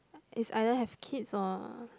is either have kids or